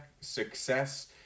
success